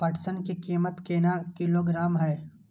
पटसन की कीमत केना किलोग्राम हय?